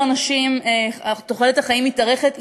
תוחלת החיים מתארכת,